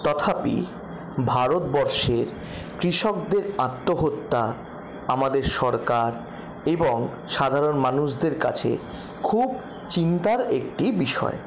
তথাপি ভারতবর্ষে কৃষকদের আত্মহত্যা আমাদের সরকার এবং সাধারণ মানুষদের কাছে খুব চিন্তার একটি বিষয়